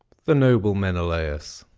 the noble menelaus.